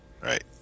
Right